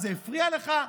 זה הפריע לך?